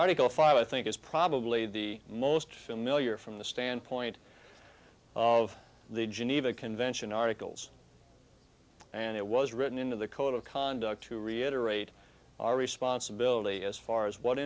article five i think is probably the most familiar from the standpoint of the geneva convention articles and it was written into the code of conduct to reiterate our responsibility as far as what